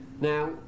Now